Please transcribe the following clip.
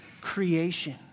creation